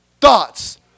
thoughts